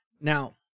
Now